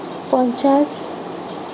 পঞ্চাছ